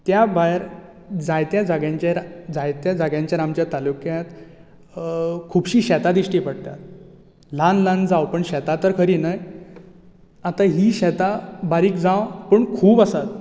त्या भायर जायत्या जाग्यांचेर जायत्या जाग्यांचेर आमचे तालूक्यांत अ खुबशीं शेतां दिश्टी पडटात ल्हान ल्हान जावं पण शेतां तर खरी न्हय आता ही शेतां बारीक जावं पूण खूब आसात